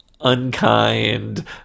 unkind